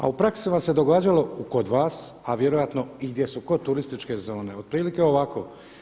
A u praksi vam se događalo kod vas, a vjerojatno i gdje su kao turističke zone otprilike ovako.